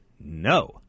no